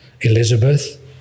Elizabeth